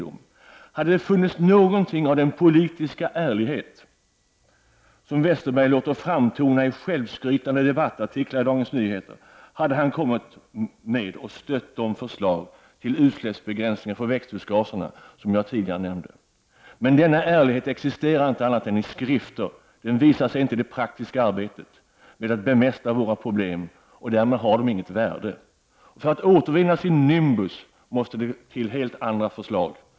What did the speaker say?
Om det funnits något av den politiska ärlighet som Bengt Westerberg låter framtona i självskrytande debattartiklar i Dagens Nyheter, hade han kommit med och stött de förslag till begränsning av utsläppen av växthusgaser som jag tidigare nämnde. Men denna ärlighet existerar inte annat än i skrift. Den visar sig inte i det praktiska arbetet med att bemästra våra problem, och därmed har den inte något värde. För att man skall återvinna sin nimbus måste det till helt andra förslag.